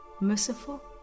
merciful